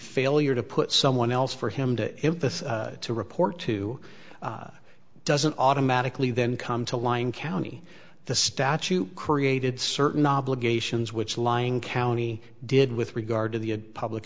failure to put someone else for him to emphasize to report to doesn't automatically then come to lying county the statute created certain obligations which lying county did with regard to the public